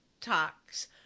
talks